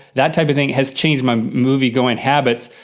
that type of thing has changed my movie going habits.